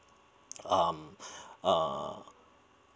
um uh